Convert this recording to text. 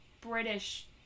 British